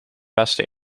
beste